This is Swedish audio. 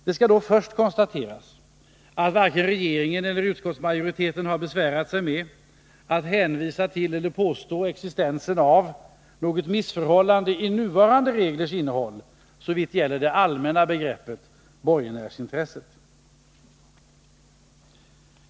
Det skall då först konstateras att varken regeringen eller utskottsmajoriteten har besvärat sig med att hänvisa till eller påstå existensen av något missförhållande i nuvarande reglers innehåll såvitt avser det allmänna begreppet borgenärsintresse.